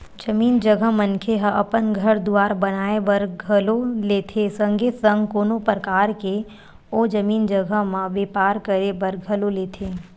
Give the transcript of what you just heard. जमीन जघा मनखे ह अपन घर दुवार बनाए बर घलो लेथे संगे संग कोनो परकार के ओ जमीन जघा म बेपार करे बर घलो लेथे